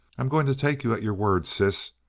i'm going to take you at your word, sis.